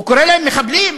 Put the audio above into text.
הוא קורא להם "מחבלים",